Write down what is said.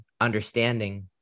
understanding